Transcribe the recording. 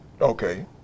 Okay